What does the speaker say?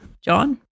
John